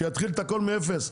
שיתחיל את הכל מאפס?